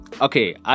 okay